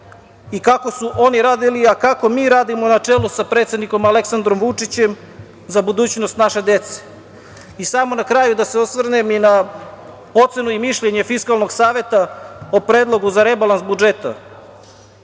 i kako su oni radili, a kako mi radimo na čelu sa predsednikom Aleksandrom Vučićem za budućnost naše dece. Samo na kraju da se osvrnem i na ocenu i mišljenje Fiskalnog saveta o predlogu za rebalans budžeta.